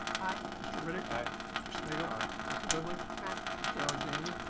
aye. mr. riddick. aye. mr. smigiel. aye. dr. whibley. aye. mr. alexander.